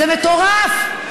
זה מטורף.